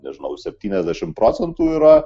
nežinau septyniasdešimt procentų yra